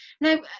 Now